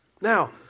Now